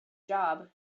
job